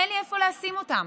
אין לי איפה לשים אותם.